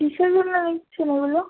কিসের জন্য নিচ্ছেন ওগুলো